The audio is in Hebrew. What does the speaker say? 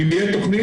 אם תהיה תוכנית,